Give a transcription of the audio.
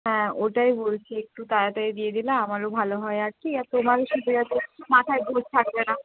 হ্যাঁ ওটাই বলছি একটু তাড়াতাড়ি দিয়ে দিলে আমার ও ভালো হয় আর কি আর তোমারও ছুটি আছে মাথায় ভূত থাকবে না